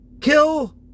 kill